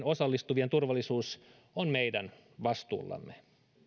osallistuvien turvallisuus on meidän vastuullamme